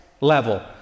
level